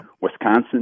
Wisconsin